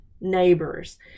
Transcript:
neighbors